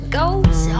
goes